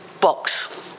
box